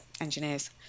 engineers